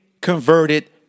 converted